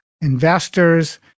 investors